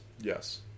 yes